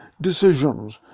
decisions